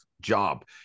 job